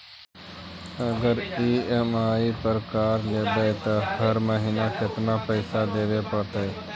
अगर ई.एम.आई पर कार लेबै त हर महिना केतना पैसा देबे पड़तै?